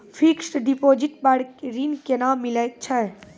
Fixed deposit पर ऋण केना मिलै छै?